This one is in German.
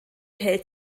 hält